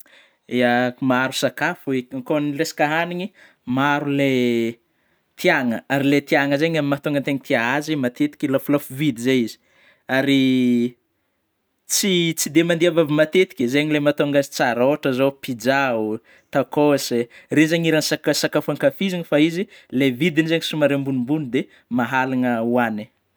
yaaah, maro sakafo, ko ny resaka haniny maro ilay tiagna, ary le tiagna zay mahatonga zaho tia azy matetiky lafolafo vidy zay, ary tsy, tsy dia mandeha amin'ny vava matetika, zay no mahatonga azy ôhatry zao: pizza oh, tacos regny zany iraignà saka-sakafo ankafizina, fa izy ilay vidiny zegny somary ambônimbôgny, de mahalana oaniny.